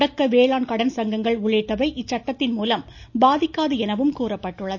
தொடக்க வேளாண் கடன் சங்கங்கள் உள்ளிட்டவை இச்சட்டத்தின் மூலம் பாதிக்காது எனவும் கூறப்பட்டுள்ளது